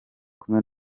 kumwe